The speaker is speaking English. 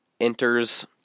enters